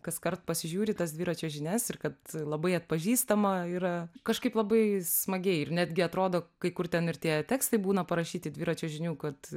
kaskart pasižiūri tas dviračio žinias ir kad labai atpažįstama yra kažkaip labai smagiai ir netgi atrodo kai kur ten ir tie tekstai būna parašyti dviračio žinių kad